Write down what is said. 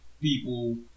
people